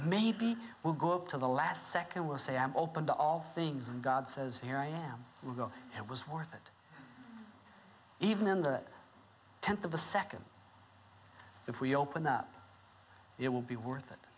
maybe we'll go up to the last second we'll say i am open to all things and god says here i am we'll go it was worth it even in that tenth of a second if we open up it will be worth it